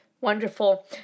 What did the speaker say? Wonderful